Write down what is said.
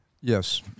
Yes